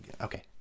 Okay